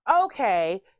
okay